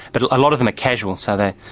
but a lot of them are casual, so they